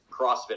CrossFit